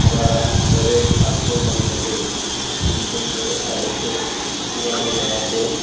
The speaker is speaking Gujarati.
અમારા ઘરે પાસપોર્ટ મળી શકે એવી કોઈ વ્યવસ્થા હોય તો એ અંગે જણાવશો